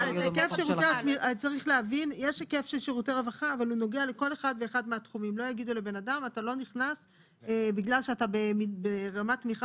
מתוך שירותי הרווחה הניתנים לזכאים באותה עת במקום מגוריו.